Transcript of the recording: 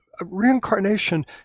reincarnation